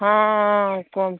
ହଁ କୁହନ୍ତୁ